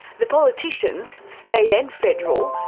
the politicians, state and federal,